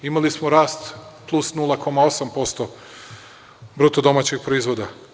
Imali smo rast plus 0,8% bruto domaćeg proizvoda.